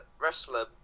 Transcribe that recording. wrestler